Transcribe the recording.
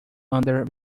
under